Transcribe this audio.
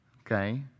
Okay